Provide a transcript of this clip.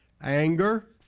Anger